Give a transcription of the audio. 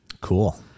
Cool